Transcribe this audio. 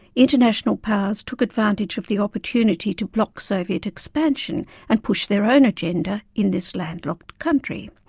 international powers took advantage of the opportunity to block soviet expansion and push their own agenda in this landlocked country.